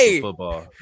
football